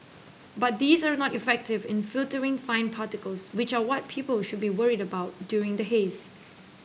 but these are not effective in filtering fine particles which are what people should be worried about during the haze